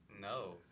No